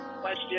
Question